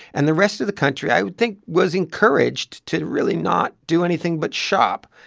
and the rest of the country, i would think, was encouraged to really not do anything but shop.